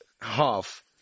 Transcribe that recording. half